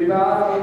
מי בעד?